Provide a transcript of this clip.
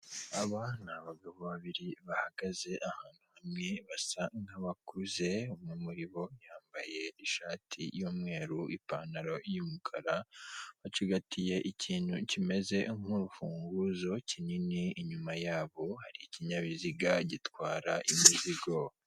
Aba ni abagabo babiri bahagaze ahantu hamwe basa nk'abakuze umwe muribo yambaye ishati yumweru ipantaro yumukara, bacigatiye ikintu kimeze nk'urufunguzo kinini inyuma yabo hari ikinyabiziga gitwara imizigo.